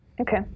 Okay